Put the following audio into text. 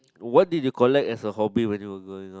what did you collect as a hobby when you were growing up